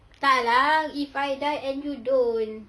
tak lah if I die and you don't